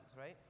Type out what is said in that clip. right